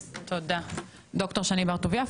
דוקטור שני בר טוביה,